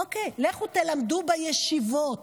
לכו תלמדו בישיבות.